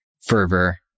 fervor